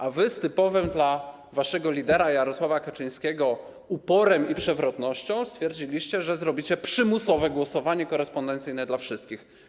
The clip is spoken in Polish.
A wy z typowym dla waszego lidera Jarosława Kaczyńskiego uporem i przewrotnością stwierdziliście, że zrobicie przymusowe głosowanie korespondencyjne dla wszystkich.